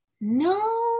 no